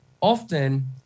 often